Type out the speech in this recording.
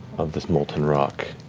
of this molten rock,